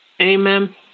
Amen